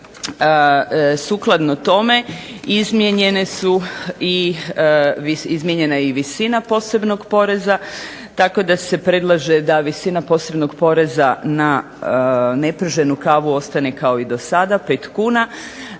su i, izmijenjena je i visina posebnog poreza, tako da se predlaže da visina posebnog poreza na neprženu kavu ostane kao i do sada 5 kuna,